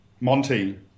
Monty